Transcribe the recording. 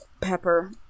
Pepper